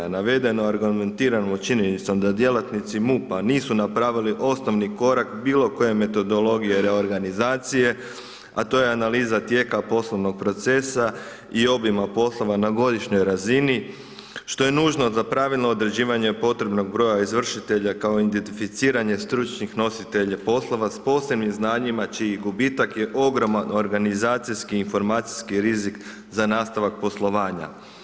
Navedeno argumentiramo činjenicom da djelatnici MUP-a nisu napravili osnovni korak bilo koje metodologije reorganizacije, a to je analiza tijeka poslovnog procesa i obima poslova na godišnjoj razini, što je nužno za pravilno određivanje potrebnog broja izvršitelja kao identificiranje stručnih nositelja poslova s posebnim znanjima čiji gubitak je ogroman organizacijski i informacijski rizik za nastavak poslovanja.